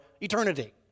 eternity